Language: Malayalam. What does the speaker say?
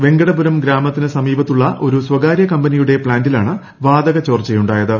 വെങ്കടപുരം ഗ്രാമത്തിന് സമീപത്തുള്ള ഒരു സ്വകാരൃ കമ്പനിയുടെ പ്ലാന്റിലാണു വാതക ചോർച്ചയുണ്ടായത്